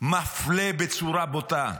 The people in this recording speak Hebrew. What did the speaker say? מפלה בצורה בוטה,